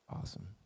Awesome